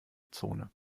zone